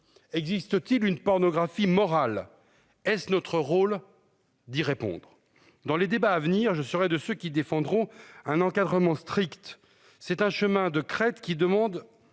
Existe-t-il une pornographie moral est-ce notre rôle. D'y répondre dans les débats à venir. Je serai de ceux qui défendront un encadrement strict. C'est un chemin de crête qui demande